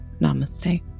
Namaste